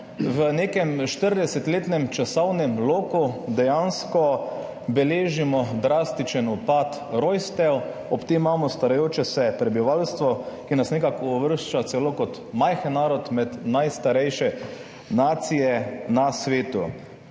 v nekem 40-letnem časovnem loku dejansko beležimo drastičen upad rojstev, ob tem imamo starajoče se prebivalstvo, ki nas nekako uvršča celo kot majhen narod med najstarejše nacije na svetu.